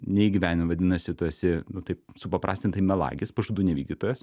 neįgyvendinai vadinasi tu esi taip supaprastintai melagis pažadų nevykdytojas